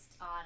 on